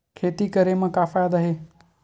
खेती करे म का फ़ायदा हे?